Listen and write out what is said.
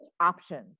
options